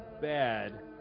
bad